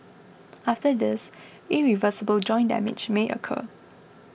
after this irreversible joint damage may occur